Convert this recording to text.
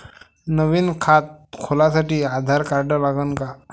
नवीन खात खोलासाठी आधार कार्ड लागन का?